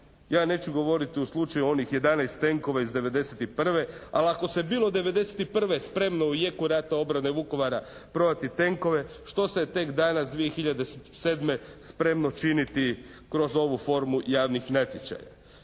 Ja neću govoriti o slučaju onih 11 tenkova iz '91., ali ako se bilo '91. spremno u jeku rata, obrane Vukovara prodati tenkove što se tek danas 2007. spremno činiti kroz ovu formu javnih natječaja?